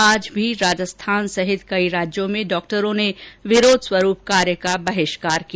आज भी राजस्थान सहित कई राज्यों में डॉक्टरों ने विरोधस्वरूप कार्य का बहिष्कार किया